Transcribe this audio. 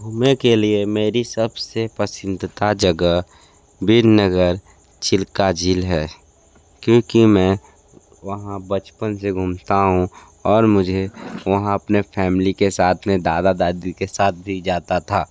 घूमने के लिए मेरी सबसे पसंदीदा जगह वीर नगर चिल्का झील है क्योंकि मैं वहाँ बचपन से घूमता हूँ और मुझे वहाँ अपने फैमिली के साथ में दादा दादी के साथ भी जाता था